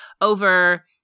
over